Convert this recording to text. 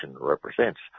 represents